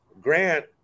Grant